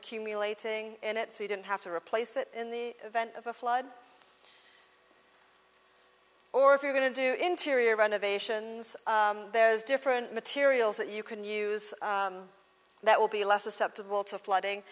accumulating in it so you don't have to replace it in the event of a flood or if you're going to do interior renovations there's different materials that you can use that will be less susceptible to flooding